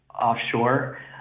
offshore